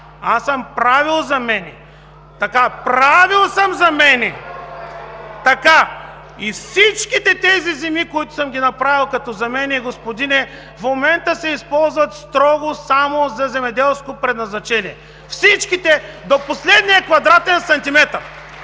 възгласи: „Ееее! Браво!“) Правил съм замени и всичките тези земи, които съм ги направил като замени, господине, в момента се използват строго само за земеделско предназначение! Всичките до последния квадратен сантиметър!